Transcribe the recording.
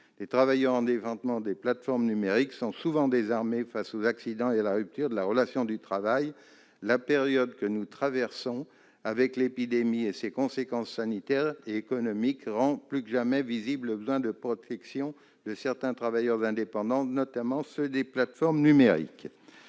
Les travailleurs indépendants des plateformes numériques sont souvent désarmés face aux accidents et à la rupture de la relation de travail. La période que nous traversons, avec l'épidémie et ses conséquences sanitaires et économiques, rend plus que jamais visible le besoin de protection de certains d'entre eux, parfois dans des situations très